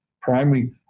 primary